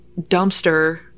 dumpster